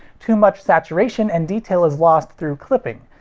too much saturation and detail is lost through clipping,